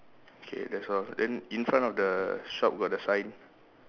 okay that's all then in front of the shop got the sign